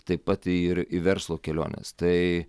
taip pat ir į verslo keliones tai